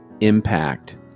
impact